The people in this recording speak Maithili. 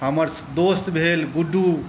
हमर दोस्त भेल गुड्डू